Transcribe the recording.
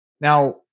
Now